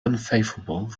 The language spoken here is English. unfavorable